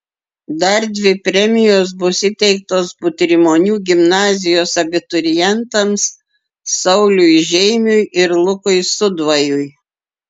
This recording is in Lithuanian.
dar dvi premijos bus įteiktos butrimonių gimnazijos abiturientams sauliui žeimiui ir lukui sudvajui